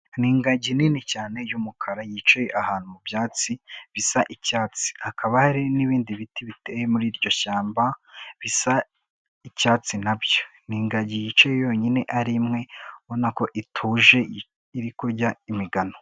Ni ingagi nini cyane y'umukara yicaye ahantu mu byatsi bisa icyatsi hakaba hari n'ibindi biti biteye muri iryo shyamba bisa icyatsi nabyo, ni ingagi yicaye yonyine ari imwe ubona ko ituje iri kurya imigano.